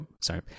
sorry